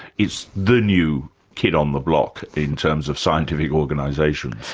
is the new kid on the block in terms of scientific organisations?